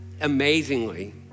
amazingly